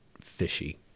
fishy